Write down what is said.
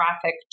traffic